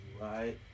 right